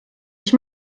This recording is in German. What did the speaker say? ich